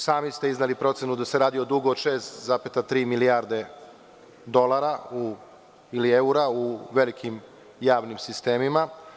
Sami ste izneli procenu da se radi o dugu od 6,3 milijarde dolara ili evra u velikim javnim sistemima.